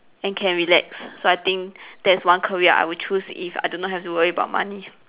and can relax so I think that's one career I would choose if I do not have to worry about money